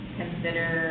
consider